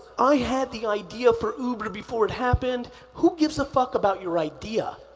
i had the idea for uber before it happened. who gives a fuck about your idea?